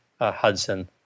Hudson